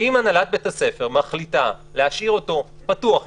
אם הנהלת בית הספר מחליטה להשאיר השער פתוח,